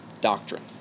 doctrine